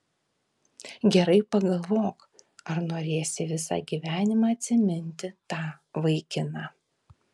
gerai pagalvok ar norėsi visą gyvenimą atsiminti tą vaikiną